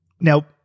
Now